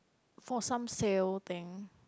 for some sale thing